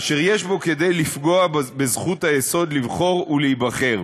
אשר יש בו כדי לפגוע בזכות היסוד לבחור ולהיבחר,